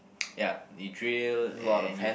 ya you drill and you